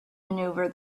maneuver